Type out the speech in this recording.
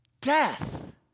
death